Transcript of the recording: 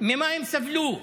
ממה הם סבלו,